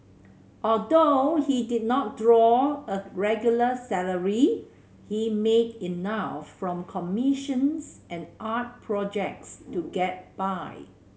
although he did not draw a regular salary he made enough from commissions and art projects to get by